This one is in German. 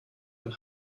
ein